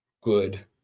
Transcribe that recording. Good